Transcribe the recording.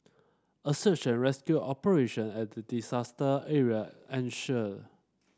a search and rescue operation at the disaster area ensued